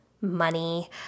money